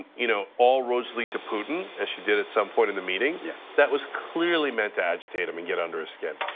ah you know all roads lead to putin, as she did at some point in the meeting, yeah that was clearly meant to agitate him and get under his skin.